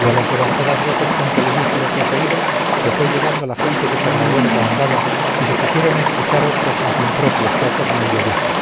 y a las levantadas voces con que le dije lo que has oído se fue llegando la gente que por la huerta andaba y se pusieron a escuchar otros más impropios que a cornelio dije